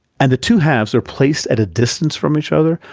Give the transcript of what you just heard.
and the two halves are placed at a distance from each other,